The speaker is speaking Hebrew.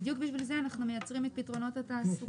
בדיוק בשביל זה אנחנו מייצרים את פתרונות התעסוקה.